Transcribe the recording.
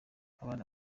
abana